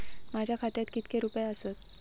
माझ्या खात्यात कितके रुपये आसत?